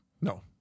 no